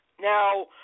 Now